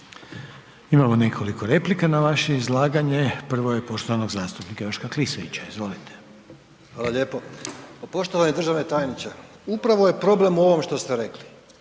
Imamo nekoliko replika na vaše izlaganje. Prvo je poštovanog zastupnika Joška Klisovića, izvolite. **Klisović, Joško (SDP)** Hvala lijepo. Poštovani državni tajniče, upravo je problem u ovo što ste rekli,